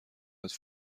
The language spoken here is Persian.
قدر